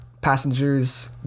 Passengers